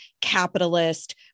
capitalist